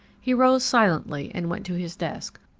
he rose silently and went to his desk,